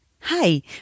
Hi